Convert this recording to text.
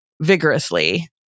vigorously